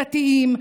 דתיים,